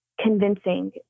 convincing